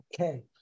Okay